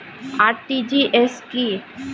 RTGS কি?